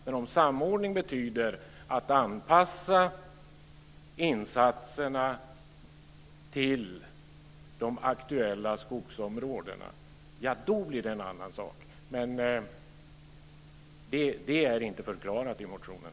Men om samordning betyder att anpassa insatserna till de aktuella skogsområdena, då blir det en annan sak. Men det är inte förklarat i motionen.